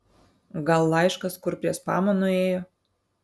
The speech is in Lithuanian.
gal laiškas kur prie spamo nuėjo